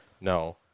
No